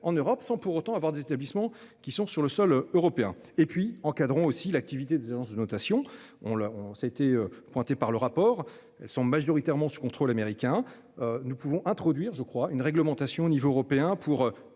en Europe sans pour autant avoir des établissements qui sont sur le sol européen et puis encadrons aussi l'activité des agences de notation on l'on ça a été pointé par le rapport sont majoritairement sous contrôle américain. Nous pouvons introduire je crois une réglementation au niveau européen pour